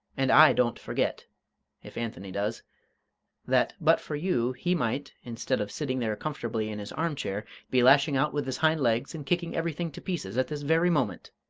and i don't forget if anthony does that, but for you, he might, instead of sitting there comfortably in his armchair, be lashing out with his hind legs and kicking everything to pieces at this very moment!